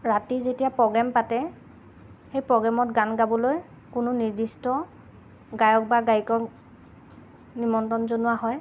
ৰাতি যেতিয়া প্ৰগ্ৰেম পাতে সেই প্ৰগ্ৰেমত গান গাবলৈ কোনো নিৰ্দিষ্ট গায়ক বা গায়িকা নিমন্ত্ৰণ জনোৱা হয়